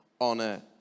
honor